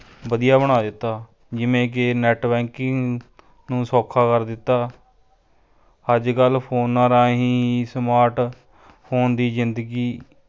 ਵਧੀਆ ਬਣਾ ਦਿੱਤਾ ਜਿਵੇਂ ਕਿ ਨੈੱਟ ਬੈਂਕਿੰਗ ਨੂੰ ਸੌਖਾ ਕਰ ਦਿੱਤਾ ਅੱਜ ਕੱਲ੍ਹ ਫ਼ੋਨਾਂ ਰਾਹੀਂ ਸਮਾਰਟ ਫ਼ੋਨ ਦੀ ਜ਼ਿੰਦਗੀ